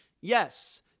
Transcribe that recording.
Yes